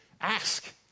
ask